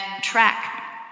track